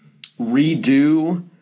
redo